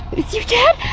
it's you chad!